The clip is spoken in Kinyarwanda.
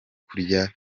kurya